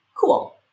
Cool